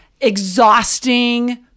exhausting